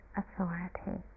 authority